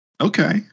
Okay